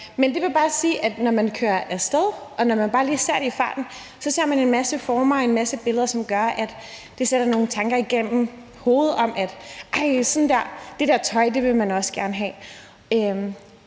Det vil sige, at når man kører af sted og bare lige ser det i farten, ser man en masse former og en masse billeder, som gør, at det sætter nogle tanker i hovedet på en om, at sådan noget tøj vil man også gerne have.